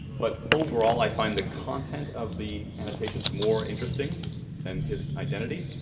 but overall i find the content of the annotations more interesting than his identity.